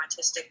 autistic